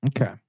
Okay